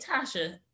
Tasha